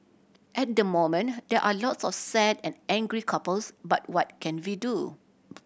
at the moment there are a lots of sad and angry couples but what can we do